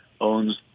owns